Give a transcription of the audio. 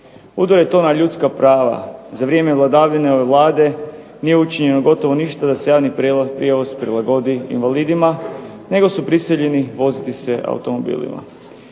Udar je to na ljudska prava. Za vrijeme vladavine ove Vlade nije učinjeno gotovo ništa da se javni prijevoz prilagodi invalidima nego su prisiljeni voziti se automobilima.